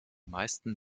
meisten